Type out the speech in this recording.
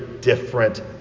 different